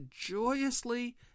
joyously